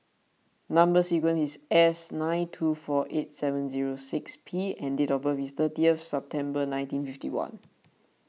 Number Sequence is S nine two four eight seven zero six P and date of birth is thirtieth September nineteen fifty one